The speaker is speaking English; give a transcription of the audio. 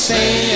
say